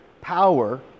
power